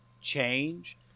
change